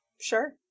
sure